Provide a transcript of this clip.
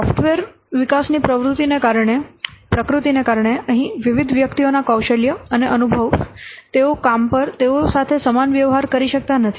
software વિકાસની પ્રકૃતિને કારણે અહીં વિવિધ વ્યક્તિઓના કૌશલ્ય અને અનુભવ તેઓ કામ પર તેઓ સાથે સમાન વ્યવહાર કરી શકતા નથી